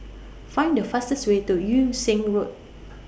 Find The fastest Way to Yung Sheng Road